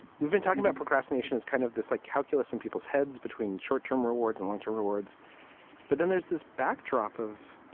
we've been talking about procrastination is kind of this like calculus in people's heads between short term rewards and long term rewards but then there's this backdrop of.